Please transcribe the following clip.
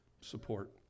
support